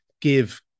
give